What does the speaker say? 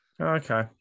Okay